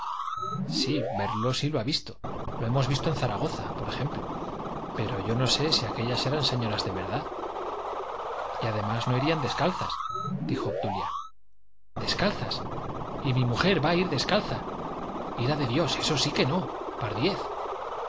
sí verlo sí lo ha visto lo hemos visto en zaragoza por ejemplo pero yo no sé si aquellas eran señoras de verdad y además no irían descalzas dijo obdulia descalzas y mi mujer va a ir descalza ira de dios eso sí que no pardiez